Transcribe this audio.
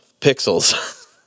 Pixels